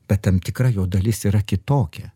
bet tam tikra jo dalis yra kitokia